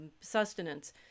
sustenance